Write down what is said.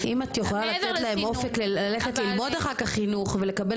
אם את יכולה לתת להם אופק ללכת ללמוד אחר כך חינוך ולקבל